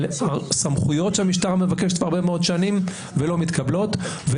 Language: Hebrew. על סמכויות שהמשטרה מבקשת כבר הרבה מאוד שנים ולא מתקבלות,